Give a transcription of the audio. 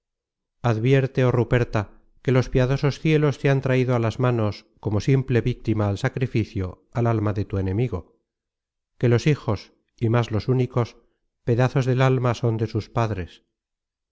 advierte oh ruperta que los piadosos cielos te han traido á las manos como simple víctima al sacrificio al alma de tu enemigo que los hijos y más los únicos pedazos del alma son de los padres